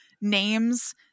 names